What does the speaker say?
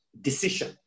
decision